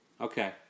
Okay